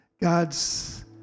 God's